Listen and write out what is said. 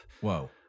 Whoa